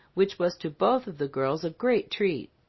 which was to both of the girls a great treat.